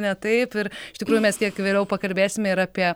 ne taip ir iš tikrųjų mes kiek vėliau pakalbėsime ir apie